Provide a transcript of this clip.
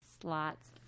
slots